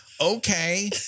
okay